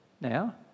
now